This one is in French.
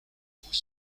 vous